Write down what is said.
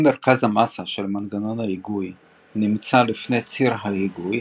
אם מרכז המסה של מנגנון ההיגוי נמצא לפני ציר ההיגוי,